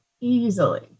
easily